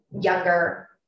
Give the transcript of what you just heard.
younger